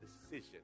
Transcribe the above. decision